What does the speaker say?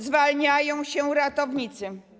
Zwalniają się ratownicy.